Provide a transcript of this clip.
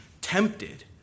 tempted